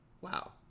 Wow